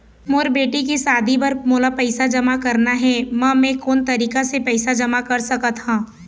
मोर बेटी के शादी बर मोला पैसा जमा करना हे, म मैं कोन तरीका से पैसा जमा कर सकत ह?